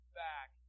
back